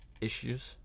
issues